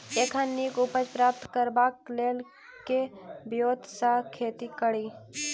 एखन नीक उपज प्राप्त करबाक लेल केँ ब्योंत सऽ खेती कड़ी?